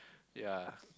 ya